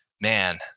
man